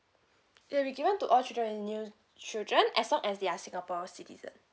it will be given to all children in new children as long as they are singapore citizen